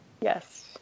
Yes